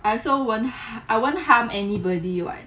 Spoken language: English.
I also won't I won't harm anybody you [what]